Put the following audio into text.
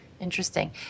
Interesting